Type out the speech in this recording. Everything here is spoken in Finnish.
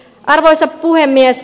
arvoisa puhemies